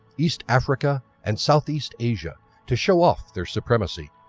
east africa and southeast asia to show off their supremacy.